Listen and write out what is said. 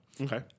Okay